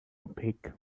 opaque